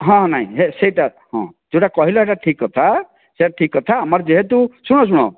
ହଁ ନାଇଁ ସେଇଟା ହଁ ଯେଉଁଟା କହିଲ ସେଇଟା ଠିକ୍ କଥା ସେଇଟା ଠିକ୍ କଥା ଆମର ଯେହେତୁ ଶୁଣ ଶୁଣ